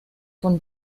von